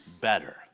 better